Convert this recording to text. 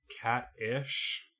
cat-ish